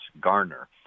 Garner